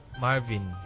Marvin